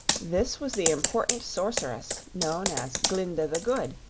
this was the important sorceress known as glinda the good,